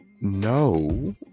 no